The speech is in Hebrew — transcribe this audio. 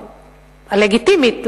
הלגיטימית,